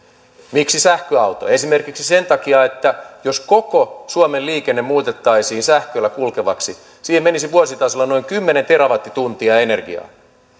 miksi sähköauto esimerkiksi sen takia että jos koko suomen liikenne muutettaisiin sähköllä kulkevaksi siihen menisi vuositasolla noin kymmenen terawattituntia energiaa